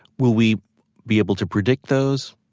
will we be able to predict those?